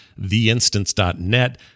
theinstance.net